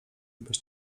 bez